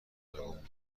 بودم، امیدم